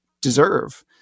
deserve